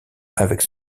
avec